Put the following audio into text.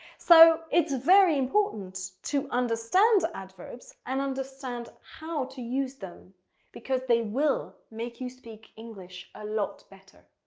so it's very important to understand adverbs and understand how to use them because they will make you speak english a lot better.